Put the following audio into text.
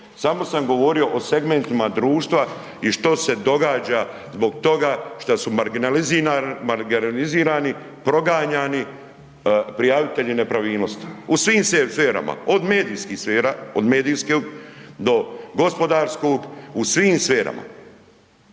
Samo sam govorio o segmentima društva i što se događa zbog toga što su marginalizirani, proganjani prijavitelji nepravilnosti u svim sferama. Od medijskih sfera, od medijske do gospodarsku, u svim sferama.